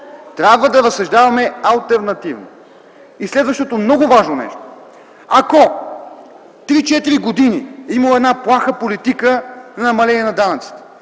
Трябва да разсъждаваме алтернативно. И следващото много важно нещо. Ако 3-4 години е имало една плаха политика на намаление на данъците